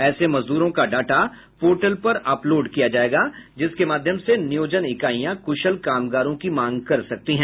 ऐसे मजदूरों का डॉटा पोर्टल पर अपलोड किया जायेगा जिसके माध्यम से नियोजन इकाइयों कुशल कामगारों की मांग कर सकते हैं